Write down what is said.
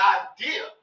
idea